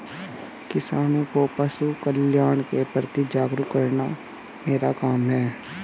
किसानों को पशुकल्याण के प्रति जागरूक करना मेरा काम है